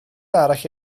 arall